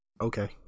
Okay